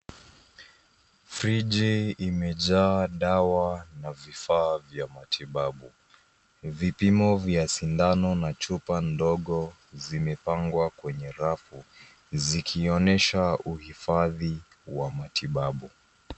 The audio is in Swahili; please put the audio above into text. Friji imejaa dawa na vifaa vya matibabu. Vipimo vya sindano na chupa ndogo zimepangwa kwenye rafu, zikionesha uhifadhi wa matibabu.